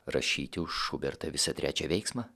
rašyti už šubertą visą trečią veiksmą